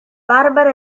barbara